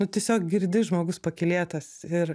nu tiesiog girdi žmogus pakylėtas ir